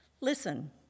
Listen